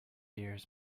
years